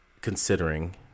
Considering